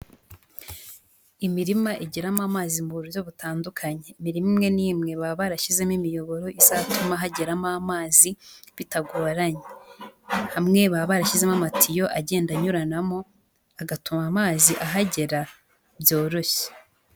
Imirima igeramo amazi mu buryo butandukanye, imirima imwe n'imwe baba barashyizemo imiyoboro izatuma hageramo amazi bitagoranye, hamwe baba barashyizemo amatiyo agenda anyuranamo agatuma amazi ahagera byoroshye.